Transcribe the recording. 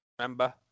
Remember